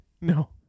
No